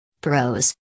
Pros